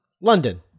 London